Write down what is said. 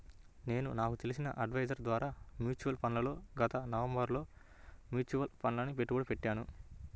నేను నాకు తెలిసిన అడ్వైజర్ ద్వారా మ్యూచువల్ ఫండ్లలో గత నవంబరులో మ్యూచువల్ ఫండ్లలలో పెట్టుబడి పెట్టాను